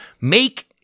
Make